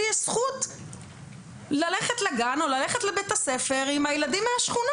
יש זכות ללכת לגן או ללכת לבית הספר עם הילדים מהשכונה.